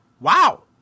wow